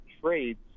trades